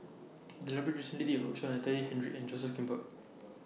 The Library recently did A roadshow on Natalie Hennedige and Joseph Grimberg